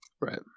Right